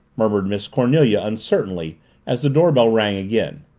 murmured miss cornelia uncertainly as the doorbell rang again.